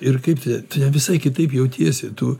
ir kaip tu ten tu ten visai kitaip jautiesi tu